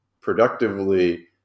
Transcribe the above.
productively